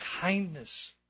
kindness